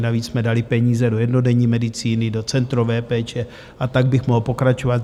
Navíc jsme dali peníze do jednodenní medicíny, do centrové péče, a tak bych mohl pokračovat.